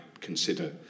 consider